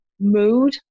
mood